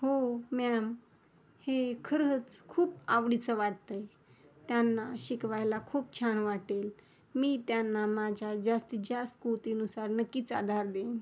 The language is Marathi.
हो म्यॅम हे खरंच खूप आवडीचं वाटतं आहे त्यांना शिकवायला खूप छान वाटेल मी त्यांना माझ्या जास्तीत जास् कुवतीनुसार नक्कीच आधार देईन